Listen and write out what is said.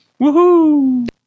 Woohoo